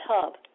tub